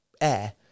air